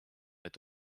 est